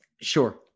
Sure